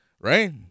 Right